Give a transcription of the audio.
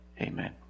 Amen